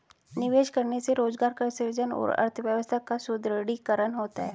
निवेश करने से रोजगार का सृजन और अर्थव्यवस्था का सुदृढ़ीकरण होता है